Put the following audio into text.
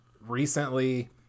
recently